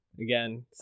again